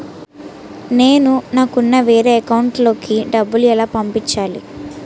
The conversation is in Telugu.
నేను నాకు ఉన్న వేరే అకౌంట్ లో కి డబ్బులు ఎలా పంపించాలి?